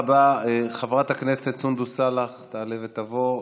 חברת הכנסת סונדוס סאלח תעלה ותבוא.